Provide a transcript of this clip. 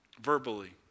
verbally